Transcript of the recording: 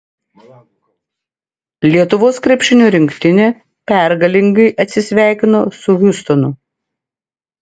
lietuvos krepšinio rinktinė pergalingai atsisveikino su hjustonu